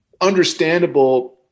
understandable